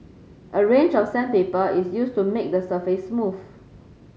a range of sandpaper is used to make the surface smooth